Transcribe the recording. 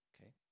okay